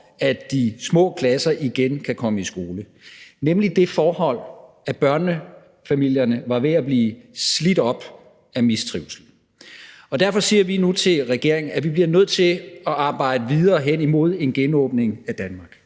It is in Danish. at de små klasser igen kan komme i skole, nemlig det forhold, at børnefamilierne var ved at blive slidt op af mistrivsel. Derfor siger vi nu til regeringen, at vi bliver nødt til at arbejde videre hen imod en genåbning af Danmark.